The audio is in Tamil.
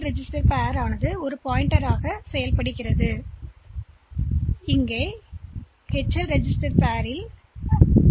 எல் ரெஜிஸ்டர்பேர்போலவே சுட்டிக்காட்டி போல செயல்படுகிறது முந்தைய இன்ஸ்டிரக்ஷன் எல்எக்ஸ்ஐ எச்